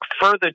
further